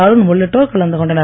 அருண் உள்ளிட்டோர் கலந்துகொண்டனர்